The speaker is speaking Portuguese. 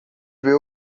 ver